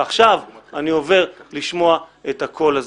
ועכשיו אני עובר לשמוע את הקול הזה.